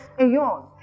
aeon